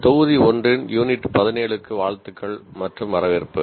தொகுதி 1 ன் யூனிட் 17 க்கு வாழ்த்துக்கள் மற்றும் வரவேற்பு